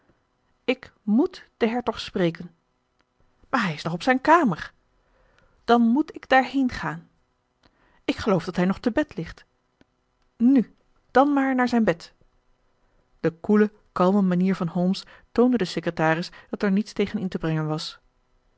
ik moet den hertog spreken maar hij is nog op zijn kamer dan moet ik daarheen gaan ik geloof dat hij nog te bed ligt nu dan maar naar zijn bed de koele kalme manier van holmes toonde den secretaris dat er niets tegen in te brengen was